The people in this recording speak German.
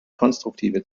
konstruktive